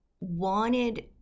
wanted